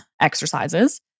exercises